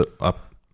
up